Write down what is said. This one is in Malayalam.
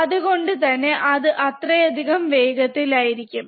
അത്കൊണ്ട് തന്നെ അത് അത്രയധികം വേഗത്തിൽ ആയിരിക്കും